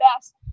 best